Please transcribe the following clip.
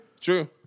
true